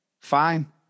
Fine